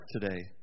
today